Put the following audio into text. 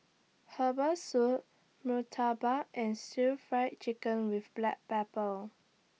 Herbal Soup Murtabak and Stir Fry Chicken with Black Pepper